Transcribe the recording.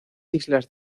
islas